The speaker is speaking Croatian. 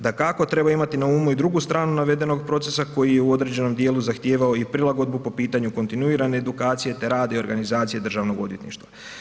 Dakako treba imati na umu i drugu stranu navedenog procesa koji je u određenom dijelu zahtijevao i prilagodbu po pitanju kontinuirane edukacije te rada i organizacije državnog odvjetništva.